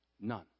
none